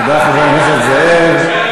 תודה, חבר הכנסת זאב.